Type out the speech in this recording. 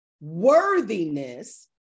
worthiness